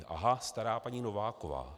Aha, stará paní Nováková.